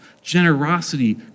generosity